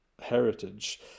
heritage